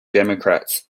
democrats